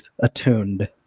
attuned